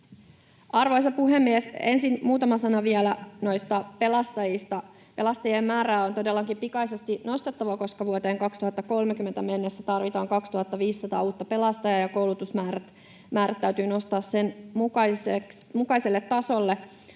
Arvoisa puhemies! Ensin muutama sana vielä noista pelastajista. Pelastajien määrää on todellakin pikaisesti nostettava, koska vuoteen 2030 mennessä tarvitaan 2 500 uutta pelastajaa, ja koulutusmäärät täytyy nostaa sen mukaiselle tasolle.